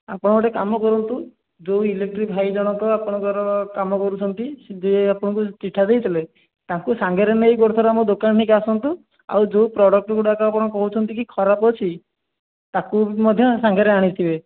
ଆପଣ ଗୋଟେ କାମ କରନ୍ତୁ ଯେଉଁ ଇଲେକ୍ଟ୍ରି ଭାଇ ଜଣକ ଆପଣଙ୍କର କାମ କରୁଛନ୍ତି ସେ ଯିଏ ଆପଣଙ୍କୁ ଚିଠା ଦେଇଥିଲେ ତାଙ୍କୁ ସାଙ୍ଗରେ ନେଇ ଗୋଟେ ଥର ଆମ ଦୋକାନ ଠିକି ଆସନ୍ତୁ ଆଉ ଯେଉଁ ପ୍ରଡ଼କ୍ଟଗୁଡ଼ାକ ଆପଣ କହୁଛନ୍ତି କି ଖରାପ ଅଛି ତା'କୁ ବି ମଧ୍ୟ ସାଙ୍ଗରେ ଆଣିଥିବେ